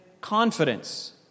confidence